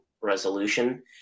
resolution